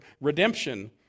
redemption